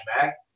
back